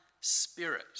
spirit